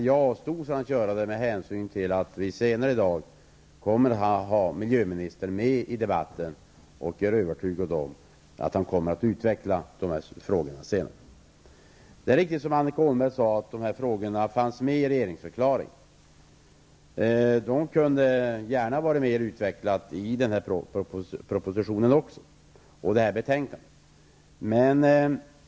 Jag avstod med hänsyn till att vi senare i dag kommer att ha miljöministern med i debatten. Jag är övertygad om att han kommer att utveckla sin syn på dessa frågor. Det är riktigt, som Annika Åhnberg sade, att dessa frågor fanns med i regeringsförklaringen. De kunde gärna ha varit mer utvecklade också i denna proposition och detta betänkande.